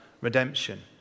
redemption